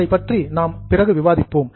அதைப்பற்றி நாம் பிறகு விவாதிப்போம்